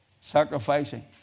sacrificing